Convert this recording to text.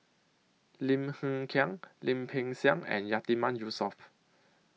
Lim Hng Kiang Lim Peng Siang and Yatiman Yusof